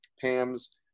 Pam's